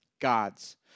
God's